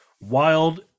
wild